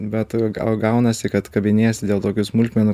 bet gal gaunasi kad kabinėjasi dėl tokių smulkmenų